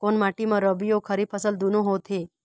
कोन माटी म रबी अऊ खरीफ फसल दूनों होत हे?